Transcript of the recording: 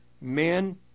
men